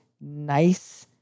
nice